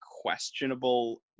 questionable